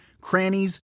crannies